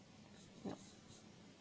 yup